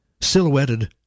Silhouetted